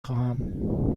خواهم